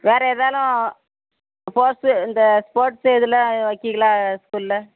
வேறு எதாலும் ஸ்போர்ட்ஸு இந்த ஸ்போர்ட்ஸு இதெலாம் வைக்கீகளா ஸ்கூலில்